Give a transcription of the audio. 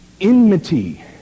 enmity